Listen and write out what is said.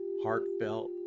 heartfelt